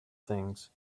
things